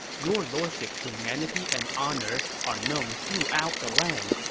your lordship's humanity and honor are known throughout the land,